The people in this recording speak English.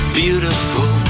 beautiful